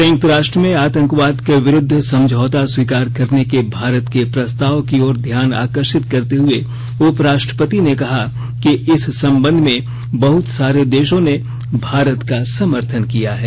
संयुक्त राष्ट्र में आतंकवाद के विरूद्व समझौता स्वीकार करने के भारत के प्रस्ताव की ओर ध्यान आकर्षित करते हुए उपराष्ट्रपति ने कहा कि इस संबंध में बहत सारे देशों ने भारत का समर्थन किया है